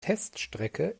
teststrecke